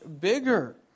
bigger